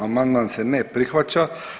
Amandman se ne prihvaća.